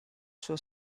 suo